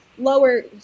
lower